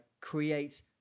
create